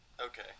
Okay